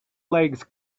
legs